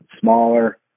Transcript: smaller